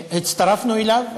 הצטרפנו אליו,